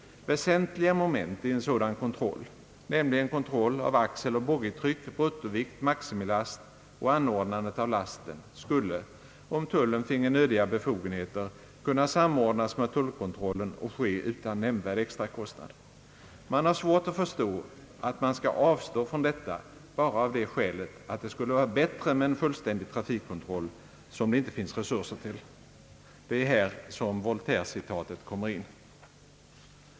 Väsentliga moment i en sådan kontroll, nämligen kontroll av axeloch boggietryck, bruttovikt, maximilast och anordnandet av lasten, skulle, om tullen finge nödiga befogenheter, kunna samordnas med tullkontrollen och ske utan nämnvärd extrakostnad. Man har svårt att förstå, att man skall avstå från detta bara av det skälet, att det skulle vara bättre med en fullständig trafikkontroll som det inte finns resurser till. Det är här som Voltaire-citatet kommer in.